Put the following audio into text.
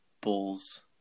bulls